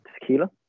tequila